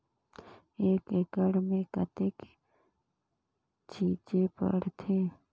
एक एकड़ मे कतेक छीचे पड़थे?